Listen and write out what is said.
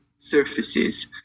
surfaces